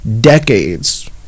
decades